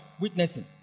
witnessing